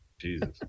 jesus